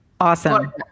Awesome